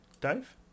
Dave